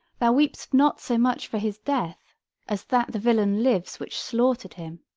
thou weep'st not so much for his death as that the villain lives which slaughter'd him.